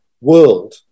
world